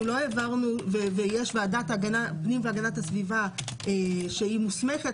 ויש ועדת הפנים והגנת הסביבה שהיא מוסמכת,